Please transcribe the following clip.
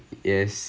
yes